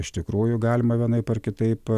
iš tikrųjų galima vienaip ar kitaip